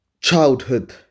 childhood